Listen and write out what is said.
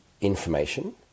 information